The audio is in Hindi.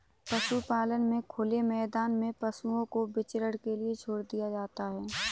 पशुपालन में खुले मैदान में पशुओं को विचरण के लिए छोड़ दिया जाता है